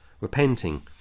repenting